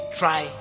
try